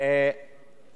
ראש הממשלה חייב להיות.